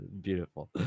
Beautiful